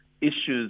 issues